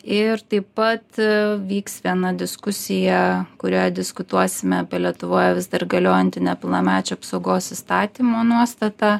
ir taip pat vyks viena diskusija kurioje diskutuosime apie lietuvoje vis dar galiojantį nepilnamečių apsaugos įstatymo nuostatą